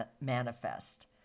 manifest